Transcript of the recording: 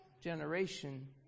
generation